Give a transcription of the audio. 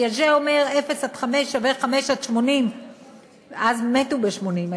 פיאז'ה אומר: אפס עד חמש שווה חמש עד 80. אז מתו ב-80,